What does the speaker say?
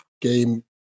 game